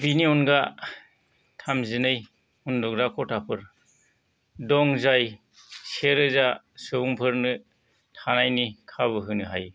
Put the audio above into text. बेनि अनगा थाम जिनै उन्दुग्रा खथाफोर दं जाय से रोजा सुबुंफोरनो थानायनि खाबु होनो हायो